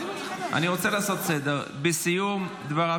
תודה רבה.